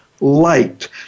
light